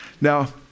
Now